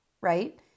Right